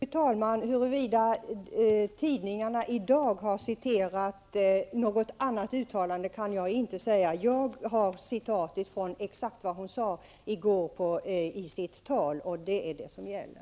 Fru talman! Huruvida tidningarna i dag har citerat något annat uttalande kan jag inte svara på. Jag har det exakta uttalandet från vad hon sade i går i sitt tal, och det är det som gäller.